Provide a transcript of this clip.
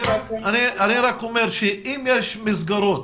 אתה אומר שיהיו מסגרות